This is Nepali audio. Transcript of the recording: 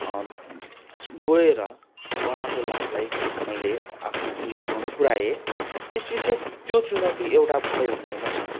गएर बडाको लासलाई मैले आफ्नो उयोसम्म पुर्याए त्यस पछि त्यो चुनौती एउटा भयो मेरो मसँग